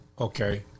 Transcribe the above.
Okay